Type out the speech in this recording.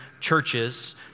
churches